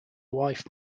wife